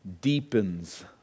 deepens